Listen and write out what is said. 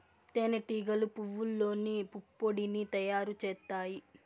తేనె టీగలు పువ్వల్లోని పుప్పొడిని తయారు చేత్తాయి